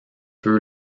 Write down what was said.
peu